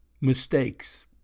mistakes